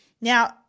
Now